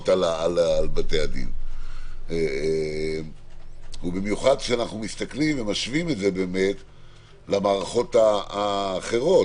על בתי הדין ובמיוחד כשאנחנו מסתכלים ומשווים את זה למערכות האחרות,